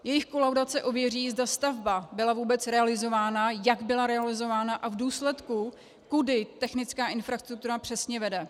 Jejich kolaudace ověří, zda stavba byla vůbec realizována, jak byla realizována a v důsledku kudy technická infrastruktura přesně vede.